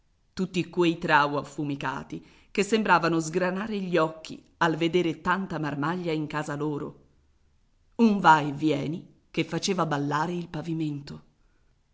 tutti quei trao affumicati che sembravano sgranare gli occhi al vedere tanta marmaglia in casa loro un va e vieni che faceva ballare il pavimento